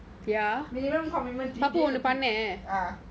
ya minimum committment three days a week